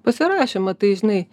pasirašymą tai žinai